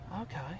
Okay